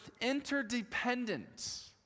interdependent